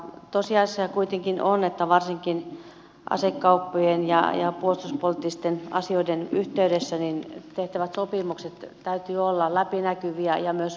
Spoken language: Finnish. tosiasia kuitenkin on että varsinkin asekauppojen ja puolustuspoliittisten asioiden yhteydessä tehtävien sopimusten täytyy olla läpinäkyviä ja myös valvottavia